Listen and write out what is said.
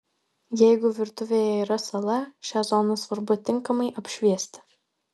jeigu virtuvėje yra sala šią zoną svarbu tinkamai apšviesti